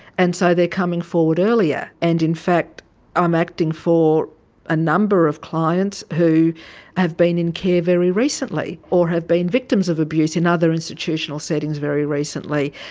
and so they are coming forward earlier. and in fact i'm acting for a number of clients who have been in care very recently or have been victims of abuse in other institutional settings very recently.